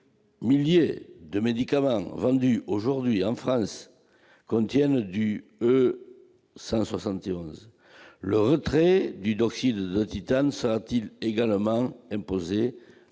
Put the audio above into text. milliers de médicaments vendus aujourd'hui en France contiennent du E171. Le retrait du dioxyde de titane sera-t-il également imposé à